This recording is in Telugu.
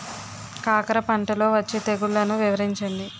కాకర పంటలో వచ్చే తెగుళ్లను వివరించండి?